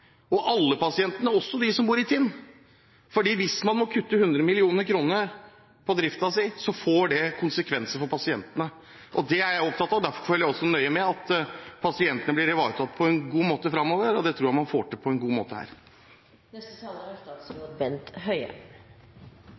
alle pasientene, også de som bor i Tinn. Hvis man må kutte 100 mill. kr på driften, får det konsekvenser for pasientene. Det er jeg opptatt av. Derfor følger jeg også nøye med på at pasientene blir ivaretatt på en god måte framover, og det tror jeg at man får til på en god måte